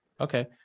okay